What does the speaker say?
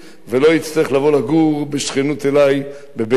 יצטרך לבוא לגור בשכנות אלי בבית-אל,